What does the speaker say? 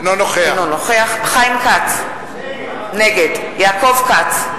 אינו נוכח חיים כץ, נגד יעקב כץ,